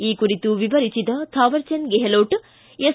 ಈ ಕುರಿತು ವಿವರಿಸಿದ ಥಾವರಜಂದ ಗೆಹ್ನೋಟ್ ಎಸ್